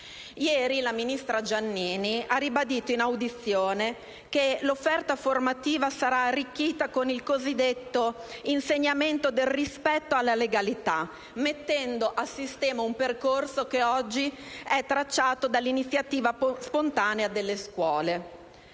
Ieri, la ministra Giannini ha ribadito in audizione che l'offerta formativa sarà arricchita con il cosiddetto insegnamento del rispetto alla legalità mettendo a sistema un percorso che oggi è tracciato dall'iniziativa spontanea delle scuole.